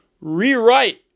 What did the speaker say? rewrite